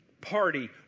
party